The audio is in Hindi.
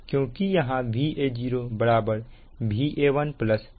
क्योंकि यहां Va0 Va1 3 Zf Ia0 है